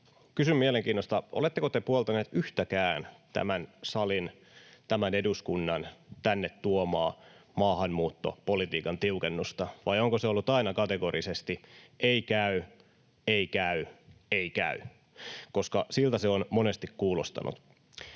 kysyn mielenkiinnosta, oletteko te puoltanut yhtäkään tämän salin, tämän eduskunnan tänne tuomaa maahanmuuttopolitiikan tiukennusta, vai onko se ollut aina kategorisesti ei käy, ei käy, ei käy? Siltä se on monesti kuulostanut.